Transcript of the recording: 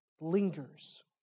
lingers